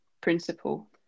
principle